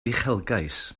uchelgais